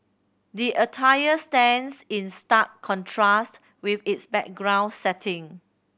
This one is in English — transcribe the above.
the attire stands in stark contrast with its background setting